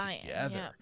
together